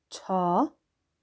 छ